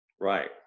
Right